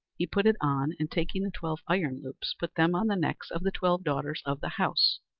he put it on, and taking the twelve iron loops, put them on the necks of the twelve daughters of the house,